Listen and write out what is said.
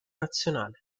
nazionale